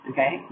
Okay